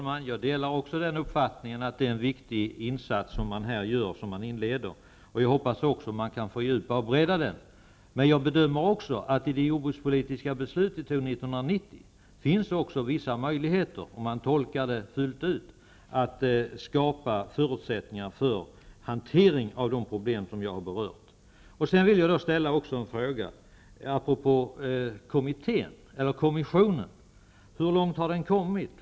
Herr talman! Jag delar uppfattningen att det är en viktig insats man här inleder, och jag hoppas också att man kan fördjupa och bredda den. Men i det jordbrukspolitiska beslut vi fattade 1990 finns, om man tolkar det fullt ut, också enligt min uppfattning vissa möjligheter att skapa förutsättningar för att kunna hantera de problem jag har berört. Jag vill också ställa ett par frågor till jordbruksministern apropå kommissionen. Hur långt har kommissionen kommit?